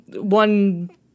one